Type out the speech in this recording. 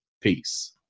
peace